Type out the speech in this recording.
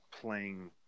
playing